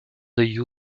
der